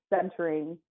centering